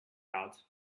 out